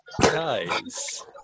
Nice